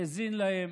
האזין להם,